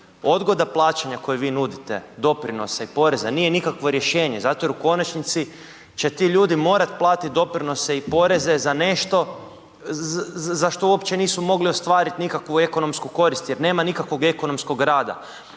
odgoda plaćanja koje vi nudite doprinosa i poreza nije nikakvo rješenje zato jer u konačnici će ti ljudi morati platiti doprinose i poreze za nešto za što uopće nisu mogli ostvariti nikakvu ekonomsku korist, jer nema nikakvog ekonomskom rada.